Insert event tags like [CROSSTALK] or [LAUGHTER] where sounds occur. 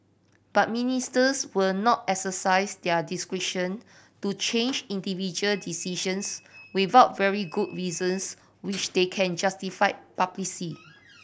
but Ministers will not exercise their discretion to change individual decisions without very good reasons which they can justify [UNINTELLIGIBLE]